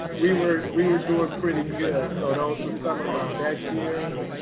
we were we were doing pretty good. so those were some of my best years.